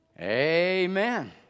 Amen